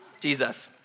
Jesus